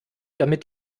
damit